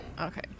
Okay